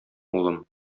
улым